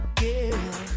girl